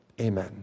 amen